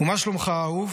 // ומה שלומך אהוב?